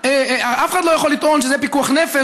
אף אחד לא יכול לטעון שזה פיקוח נפש